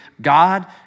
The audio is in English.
God